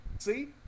See